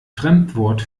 fremdwort